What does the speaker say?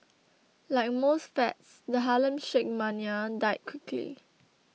like most fads the Harlem Shake mania died quickly